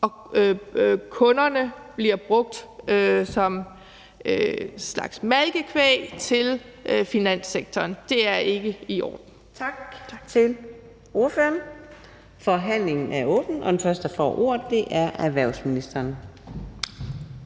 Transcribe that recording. Kunderne bliver brugt som et slags malkekvæg til finanssektoren. Det er ikke i orden.